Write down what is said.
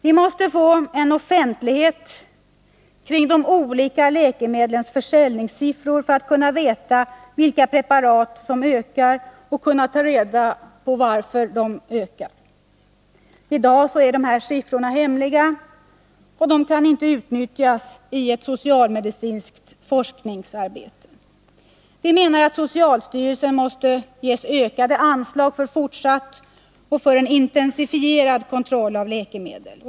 Vi måste få offentlighet kring de olika läkemedlens försäljningssiffror för att kunna veta vilka preparat som ökar och för att kunna ta reda på varför de ökar. I dag är dessa siffror hemliga och kan inte utnyttjas i socialmedicinskt forskningsarbete. 9” Viinom vänsterpartiet kommunisterna menar att socialstyrelsen måste ges ökade anslag för fortsatt och intensifierad kontroll av läkemedel.